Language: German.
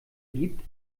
gibt